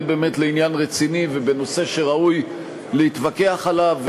באמת לעניין רציני ובנושא שראוי להתווכח עליו,